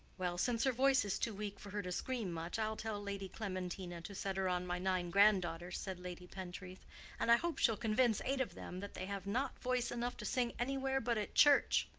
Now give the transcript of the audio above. well, since her voice is too weak for her to scream much, i'll tell lady clementina to set her on my nine granddaughters, said lady pentreath and i hope she'll convince eight of them that they have not voice enough to sing anywhere but at church.